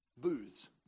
booths